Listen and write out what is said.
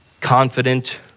confident